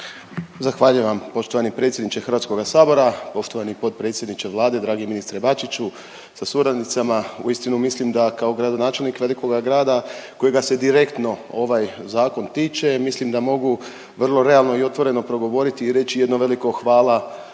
Zahvaljivam poštovani predsjedniče Hrvatskoga sabora. Poštovani potpredsjedniče Vlade, dragi ministre Bačiću sa suradnicama uistinu mislim da kao gradonačelnik velikoga grada kojega se direktno ovaj zakon tiče mislim da mogu vrlo realno i otvoreno progovoriti i reći jedno veliko hvala